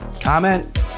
comment